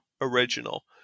original